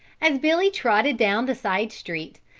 as billy trotted down the side street,